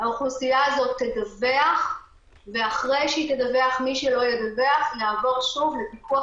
האוכלוסייה הזאת תדווח ומי שלא ידווח יעבור שוב לפיקוח